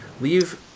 Leave